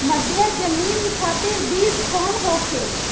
मध्य जमीन खातिर बीज कौन होखे?